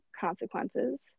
consequences